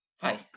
Hi